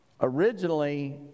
Originally